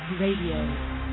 Radio